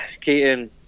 keaton